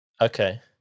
Okay